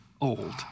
old